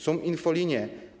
Są infolinie.